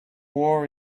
war